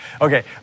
Okay